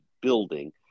building